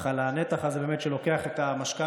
אך על הנתח הזה שלוקח את המשכנתה,